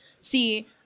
See